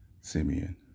Simeon